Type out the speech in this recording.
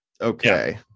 Okay